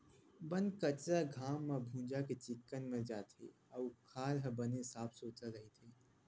बन कचरा ह घाम म भूंजा के चिक्कन मर जाथे अउ खार ह बने साफ सुथरा रहिथे